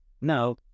no